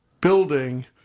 building